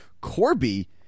Corby